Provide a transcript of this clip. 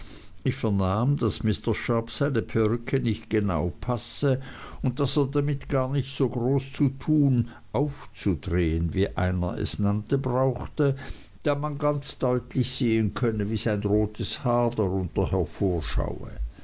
ich vernahm daß mr sharp seine perücke nicht genau passe und daß er damit gar nicht so groß zu tun aufzudrehen wie es einer nannte brauchte da man ganz deutlich sehen könnte wie sein rotes haar darunter hervorschaue